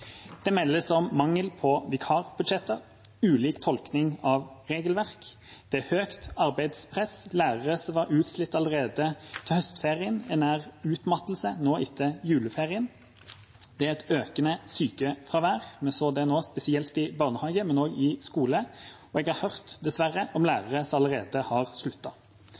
Det meldes om mangel på vikarbudsjetter og ulik tolkning av regelverk. Det er stort arbeidspress. Lærere som var utslitt allerede til høstferien, er nær utmattelse nå etter juleferien. Det er økende sykefravær. Vi så det nå spesielt i barnehagene, men også i skolene, og jeg har dessverre hørt om lærere som allerede har